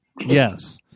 yes